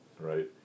Right